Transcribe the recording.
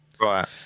right